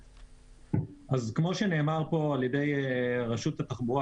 אז כמו שנאמר כאן על ידי רשות התחבורה,